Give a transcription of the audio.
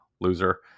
loser